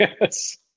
Yes